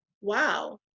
wow